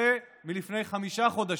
זה מלפני חמישה חודשים.